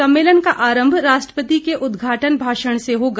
सम्मेलन का आरंभ राष्ट्रपति के उद्घाटन भाषण से होगा